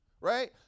Right